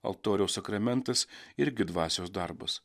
altoriaus sakramentas irgi dvasios darbas